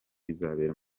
izabera